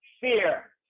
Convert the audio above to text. fear